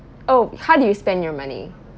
oh how do you spend your money